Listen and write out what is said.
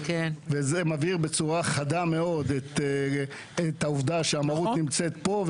וזה מבהיר בצורה חדה מאוד את העובדה שהמרות נמצאת פה,